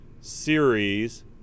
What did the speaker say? Series